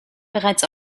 bereits